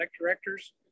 directors